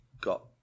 got